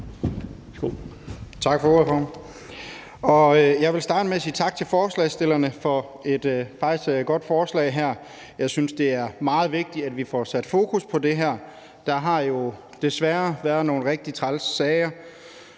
Tak for ordet, formand. Jeg vil starte med at sige tak til forslagsstillerne for et godt forslag. Jeg synes, at det er meget vigtigt, at vi får sat fokus på det her. Der har jo desværre været nogle rigtig trælse sager,